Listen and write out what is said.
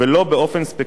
לאור דיוני הצוות.